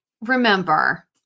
remember